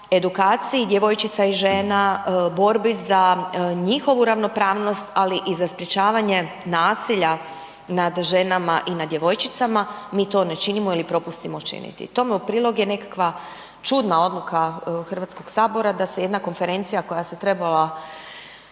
edukaciji djevojčica i žena, borbi za njihovu ravnopravnost, ali i za sprječavanje nasilja nad ženama i nad djevojčicama, mi to ne činimo ili propustimo činiti. Tome u prilog je nekakva čudna odluka HS-a da se jedna konferencija koja se trebala